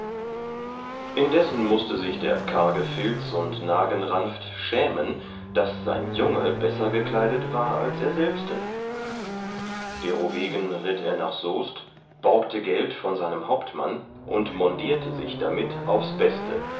indessen mußte sich der karge filz und nagenranft schämen daß sein junge besser gekleidet war als er selbsten derowegen ritt er nach soest borgte geld von seinem hauptmann und mondierte sich damit aufs beste